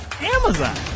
Amazon